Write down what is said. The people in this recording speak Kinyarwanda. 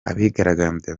abigaragambya